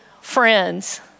friends